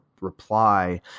reply